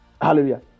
hallelujah